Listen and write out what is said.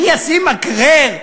אני אשים מקרר,